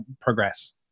progress